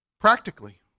practically